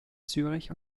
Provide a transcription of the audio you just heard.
zürich